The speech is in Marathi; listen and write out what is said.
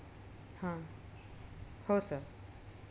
हां हो सर